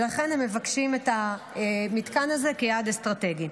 ולכן הם מבקשים את המתקן הזה כיעד אסטרטגי.